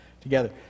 together